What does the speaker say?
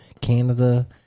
Canada